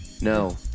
No